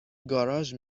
گاراژ